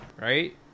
right